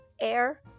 air